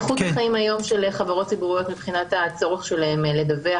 איכות חיים היום של חברות ציבוריות מבחינת הצורך שלהן לדווח,